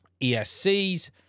ESCs